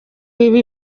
ibi